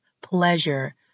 pleasure